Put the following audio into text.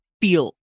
feel